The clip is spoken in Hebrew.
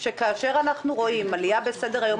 שכאשר אנחנו רואים עלייה בסדר-היום